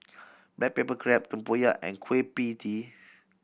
black pepper crab tempoyak and Kueh Pie Tee